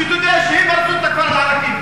שהיא תודה שהם הרסו את הכפר אל-עראקיב,